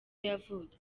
yavutse